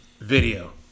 video